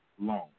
long